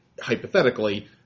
hypothetically